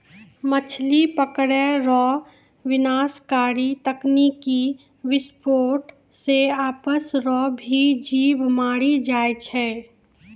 मछली पकड़ै रो विनाशकारी तकनीकी विसफोट से आसपास रो भी जीब मरी जाय छै